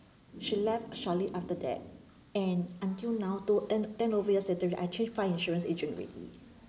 she left shortly after that and until now to ten ten over years actually I change five insurance agent already